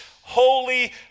holy